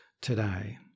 today